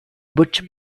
butch